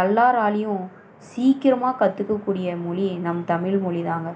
எல்லோராலையும் சீக்கிரமாக கற்றுக்கக்கூடிய மொழி நம் தமிழ்மொழிதாங்க